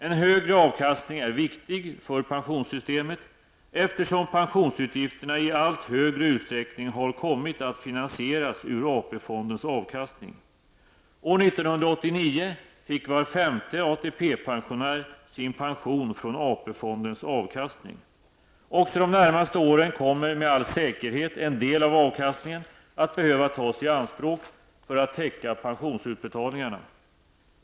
En högre avkastning är viktig för pensionssystemet eftersom pensionsutgifterna i allt högre utsträckning har kommit att finansieras ur AP-fondens avkastning. År 1989 fick var femte ATP-pensionär sin pension från AP-fondens avkastning. Också de närmaste åren kommer med all säkerhet en del av avkastningen att behöva tas i anspråk för att täcka pensionsutbetalningarna.